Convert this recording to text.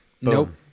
Nope